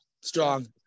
Strong